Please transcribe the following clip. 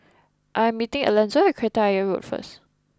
I am meeting Alanzo Kreta Ayer Road first